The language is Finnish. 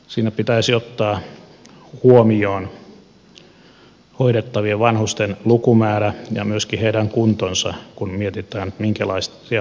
siinä pitäisi ottaa huomioon hoidettavien vanhusten lukumäärä ja myöskin heidän kuntonsa kun mietitään minkälaisia hoitajia tarvitaan